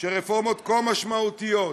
שרפורמות כה משמעותיות,